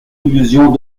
illusions